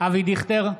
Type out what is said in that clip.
אבי דיכטר,